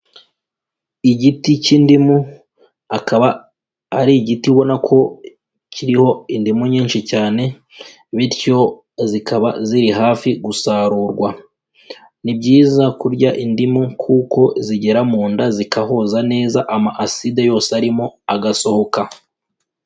Igiti cy'indimu, akaba ari igiti ubona ko kiriho indimu nyinshi cyane bityo zikaba ziri hafi gusarurwa, ni byiza kurya indimu kuko zigera mu nda zikahoza neza ama aside yose arimo agasohoka.